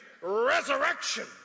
resurrection